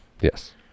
Yes